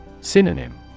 Synonym